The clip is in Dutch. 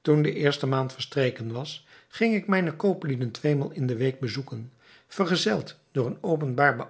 toen de eerste maand verstreken was ging ik mijne kooplieden tweemaal in de week bezoeken vergezeld door een openbaar